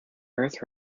earth